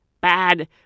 bad